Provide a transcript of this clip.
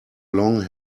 long